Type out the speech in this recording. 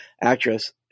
actress